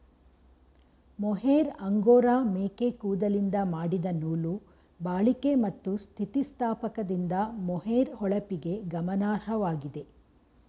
mohair angora ಮೇಕೆ ಕೂದಲಿಂದ ಮಾಡಿದ ನೂಲು ಬಾಳಿಕೆ ಮತ್ತು ಸ್ಥಿತಿಸ್ಥಾಪಕದಿಂದ ಮೊಹೇರ್ ಹೊಳಪಿಗೆ ಗಮನಾರ್ಹವಾಗಿದೆ